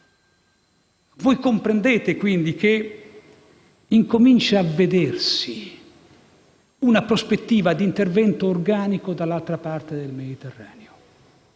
Voi comprendete, quindi, che incomincia a vedersi una prospettiva di intervento organico dall'altra parte del Mediterraneo.